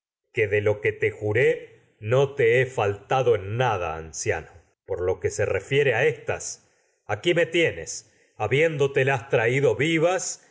manifiesto de lo que te juré no te he faltado en nada anciano por lo que se refiere a éstas aquí me habiéndotelas traído vivas